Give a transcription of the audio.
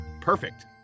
perfect